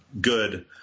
good